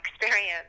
experience